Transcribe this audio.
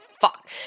fuck